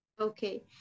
Okay